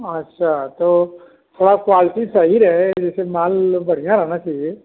अच्छा तो थोड़ी क्वालिटी सही रहे जैसे माल बढ़िया आना चाहिए